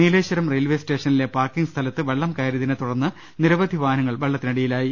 Nileshwaram railway സ്റ്റേഷനിലെ parking സ്ഥലത്ത് വെള്ളം കയറിയതിനെ തുടർന്ന് നിരവധി വാഹനങ്ങൾ വെള്ള ത്തിനടിയിലായി